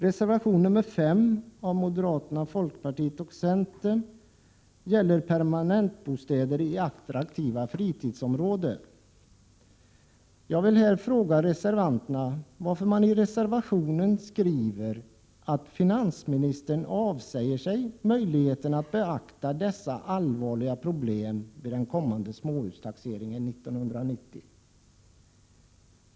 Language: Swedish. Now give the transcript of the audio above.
Reservation nr 5 av moderater, folkpartister och centerpartister gäller permanentbostäder i attraktiva fritidsområden. Jag vill här fråga reservanterna varför man i reservationen skriver att finansministern avsäger sig möjligheterna att beakta dessa allvarliga problem vid den kommande småhustaxeringen 1990.